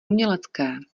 umělecké